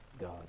God